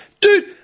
Dude